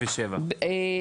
56, כן.